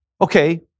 Okay